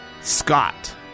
Scott